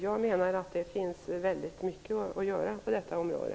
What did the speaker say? Jag menar att det finns mycket att göra på detta område.